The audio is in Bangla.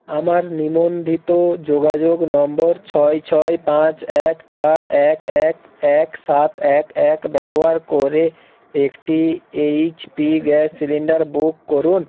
আমার নিবন্ধিত যোগাযোগ নম্বর ছয় ছয় পাঁচ এক চার এক এক এক সাত এক এক ব্যবহার করে একটি এইচপি গ্যাস সিলিন্ডার বুক করুন